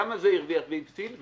כמה זה הרוויח והפסיד,